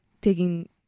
taking